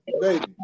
baby